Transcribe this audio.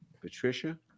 Patricia